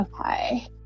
Okay